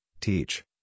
teach